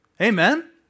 Amen